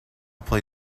play